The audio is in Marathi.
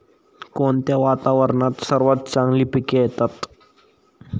कोणत्या वातावरणात सर्वात चांगली पिके येतात?